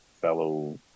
fellow